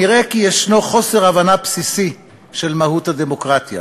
נראה כי יש חוסר הבנה בסיסי של מהות הדמוקרטיה.